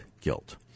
guilt